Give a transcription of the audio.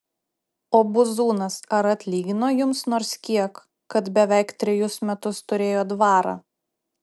o buzūnas ar atlygino jums nors kiek kad beveik trejus metus turėjo dvarą